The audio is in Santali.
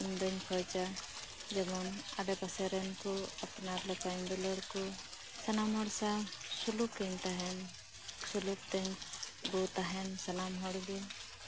ᱤᱧ ᱫᱩᱧ ᱠᱷᱚᱡᱟ ᱡᱮᱢᱚᱱ ᱟᱰᱮᱯᱟᱥᱮ ᱨᱮᱱ ᱠᱩ ᱟᱯᱱᱟᱨ ᱞᱮᱠᱟᱹᱧ ᱫᱩᱞᱟᱹᱲ ᱠᱩ ᱥᱟᱱᱟᱢ ᱦᱚᱲ ᱥᱟᱶ ᱥᱩᱞᱩᱠᱤᱧ ᱛᱟᱸᱦᱮᱱ ᱥᱩᱞᱩᱠᱛᱤᱧ ᱵᱩ ᱛᱟᱸᱦᱮᱱ ᱥᱟᱱᱟᱢ ᱦᱚᱲ ᱜᱮ